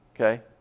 Okay